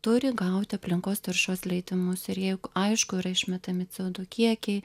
turi gauti aplinkos taršos leidimus ir juk aišku yra išmetami c o du kiekiai